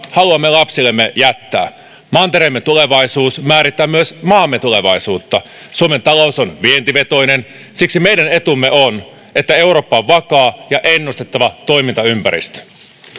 haluamme lapsillemme jättää mantereemme tulevaisuus määrittää myös maamme tulevaisuutta suomen talous on vientivetoinen siksi meidän etumme on että eurooppa on vakaa ja ennustettava toimintaympäristö